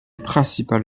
principale